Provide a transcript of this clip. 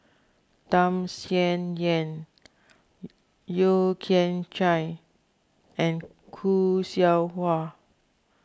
Tham Sien Yen Yeo Kian Chai and Khoo Seow Hwa